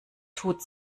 tut